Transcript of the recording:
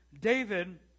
David